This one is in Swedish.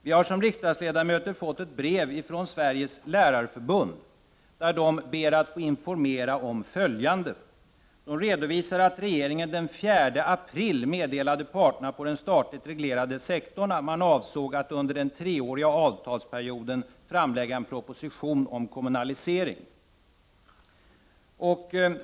Vi har som riksdagsledamöter fått ett brev från Sveriges Lärarförbund där de ber att få informera om bl.a. följande. De redovisar att regeringen den 4 april meddelade parterna på den statligt reglerade sektorn att man avsåg att under den treåriga avtalsperioden framlägga en proposition om kommunalisering.